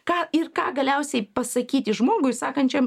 ką ir ką galiausiai pasakyti žmogui sakančiam